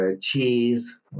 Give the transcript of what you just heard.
cheese